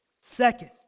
Second